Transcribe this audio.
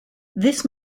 this